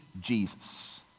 Jesus